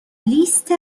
لیست